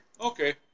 Okay